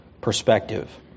perspective